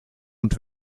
und